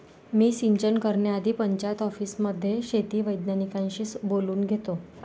मी सिंचन करण्याआधी पंचायत ऑफिसमध्ये शेती वैज्ञानिकांशी बोलून घेतो